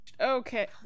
Okay